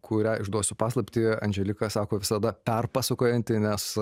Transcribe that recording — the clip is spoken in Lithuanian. kurią išduosiu paslaptį andželika sako visada perpasakojanti nes